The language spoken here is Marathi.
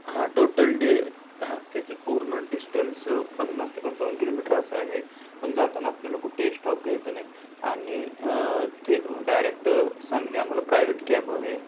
हां टोटल डे हां त्याचं पूर्ण डिस्टन्स पन्नास ते पंचावन्न किलोमीटर असं आहे पण जाताना आपल्याला कुठे स्टॉप घ्यायचं नाही आणि थेट डायरेक्ट सांगली आम्हाला प्रायवेट कॅब हवे आहे